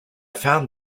found